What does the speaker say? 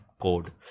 code